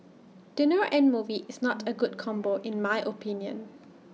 dinner and movie is not A good combo in my opinion